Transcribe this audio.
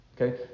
Okay